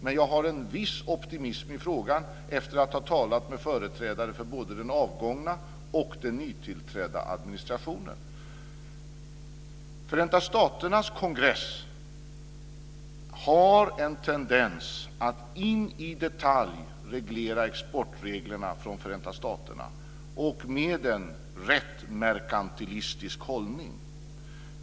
Men jag har en viss optimism i frågan efter att ha talat med företrädare för både den avgångna och den nytillträdda administrationen. Förenta staternas kongress har en tendens att in i detalj reglera exportreglerna i Förenta staterna och med en rätt merkantilistisk hållning.